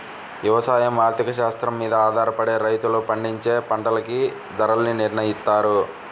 యవసాయ ఆర్థిక శాస్త్రం మీద ఆధారపడే రైతులు పండించే పంటలకి ధరల్ని నిర్నయిత్తారు